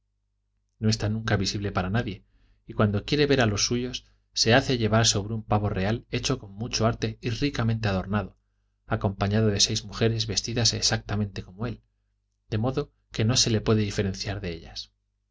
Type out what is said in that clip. no está nunca visible para nadie y cuando quiere ver a los suyos se hace llevar sobre un pavo real hecho con mucho arte y ricamente adornado acompañado de seis mujeres vestidas exactamente como él de modo que no se le puede diferenciar de ellas